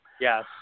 Yes